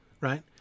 right